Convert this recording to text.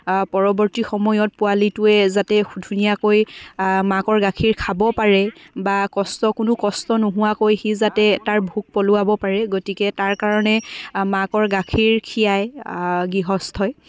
পৰৱৰ্তী সময়ত পোৱলিটোৱে যাতে ধুনীয়াকৈ মাকৰ গাখীৰ খাব পাৰে বা কষ্ট কোনো কষ্ট নোহোৱাকৈ সি যাতে তাৰ ভোক পলুৱাব পাৰে গতিকে তাৰ কাৰণে মাকৰ গাখীৰ খীৰায় গৃহস্থই